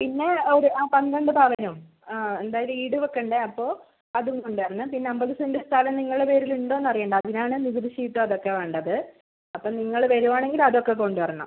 പിന്നെ ഒരു പന്ത്രണ്ട് പവനും എന്തായാലും ഈട് വയ്ക്കേണ്ടേ അപ്പോൾ അതും കൊണ്ട് വരണം പിന്നെ അമ്പത് സെന്റ് സ്ഥലം നിങ്ങളുടെ പേരിൽ ഉണ്ടോ എന്ന് അറിയേണ്ടേ അതിനാണ് നികുതി ഷീറ്റും അതൊക്കെ വേണ്ടത് അപ്പം നിങ്ങൾ വരുവാണെങ്കിൽ അതൊക്കെ കൊണ്ട് വരണം